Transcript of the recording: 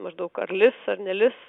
maždaug ar lis ar nelis